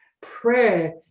prayer